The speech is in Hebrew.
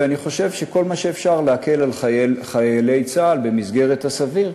ובכל מה שאפשר להקל על חיילי צה"ל במסגרת הסביר,